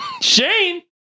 Shane